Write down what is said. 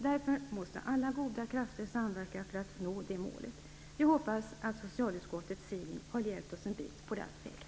Därför måste alla goda krafter samverka för att nå det målet. Vi hoppas att socialutskottets hearing har hjälpt oss en bit på rätt väg.